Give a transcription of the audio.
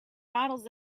models